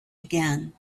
again